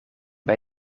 bij